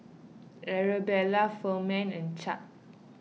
Arabella Ferman and Chadd